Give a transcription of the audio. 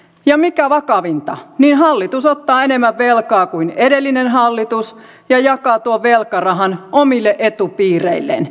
ja mikä vakavinta hallitus ottaa enemmän velkaa kuin edellinen hallitus ja jakaa tuon velkarahan omille etupiireilleen